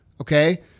Okay